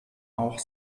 auch